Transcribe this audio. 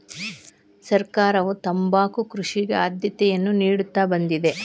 ಸರ್ಕಾರವು ತಂಬಾಕು ಕೃಷಿಗೆ ಆದ್ಯತೆಯನ್ನಾ ನಿಡುತ್ತಾ ಬಂದಿದೆ